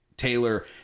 Taylor